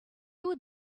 would